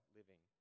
living